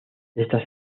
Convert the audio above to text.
estas